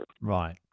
Right